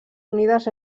unides